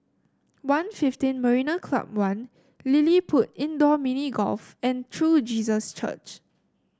One Fifteen Marina Club One LilliPutt Indoor Mini Golf and True Jesus Church